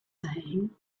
saying